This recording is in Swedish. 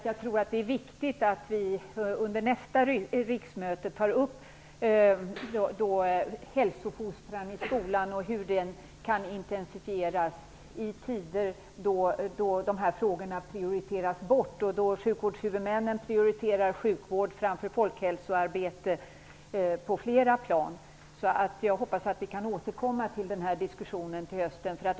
Fru talman! Jag vill bara tillägga att det är viktigt att vi under nästa riksmöte tar upp hälsofostran i skolan och hur den kan intensifieras, i tider då dessa frågor inte alls prioriteras. Sjukvårdshuvudmännen prioriterar sjukvård framför folkhälsoarbete på flera plan. Jag hoppas att vi kan återkomma till denna diskussion till hösten.